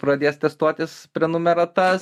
pradės testuotis prenumeratas